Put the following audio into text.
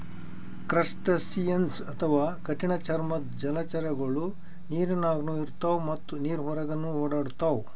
crustaceans ಅಥವಾ ಕಠಿಣ್ ಚರ್ಮದ್ದ್ ಜಲಚರಗೊಳು ನೀರಿನಾಗ್ನು ಇರ್ತವ್ ಮತ್ತ್ ನೀರ್ ಹೊರಗನ್ನು ಓಡಾಡ್ತವಾ